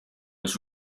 was